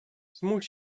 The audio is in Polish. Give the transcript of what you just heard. zmuś